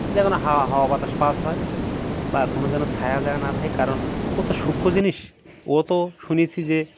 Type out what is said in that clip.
যেখানে হাওয়া হাওয়া বাতাস পাস হয় বা কোনো যেন ছায়া যেন না থাকে কারণ ও তো সূক্ষ্ম জিনিস ও তো শুনেছি যে